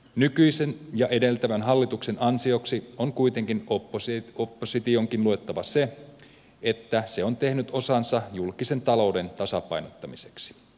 nykyisen ja edeltävän hallituksen ansioksi on kuitenkin oppositionkin luettava se että se on tehnyt osansa julkisen talouden tasapainottamiseksi